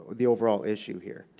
the overall issue here.